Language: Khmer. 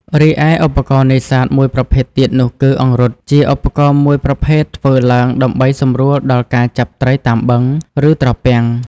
រីឯឧបករណ៍នេសាទមួយប្រភេទទៀតនោះគឹ អង្រុត ជាឧបករណ៍មួយប្រភេទធ្វើឡើងដើម្បីសម្រួលដល់ការចាប់ត្រីតាមបឹង ឬត្រពាំង។